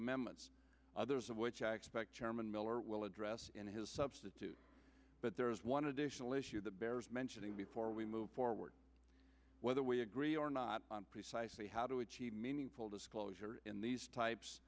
mammoth others of which i expect chairman miller will address in his substitute but there is one additional issue that bears mentioning before we move forward whether we agree or not on precisely how to achieve meaningful disclosure in these types